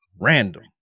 RANDOM